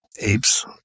apes